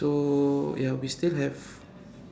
so ya we still have